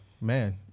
man